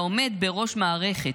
לעומד בראש מערכת,